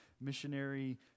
missionary